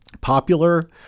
popular